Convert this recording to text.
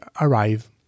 arrive